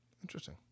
Interesting